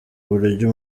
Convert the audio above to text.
buryo